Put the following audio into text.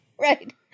Right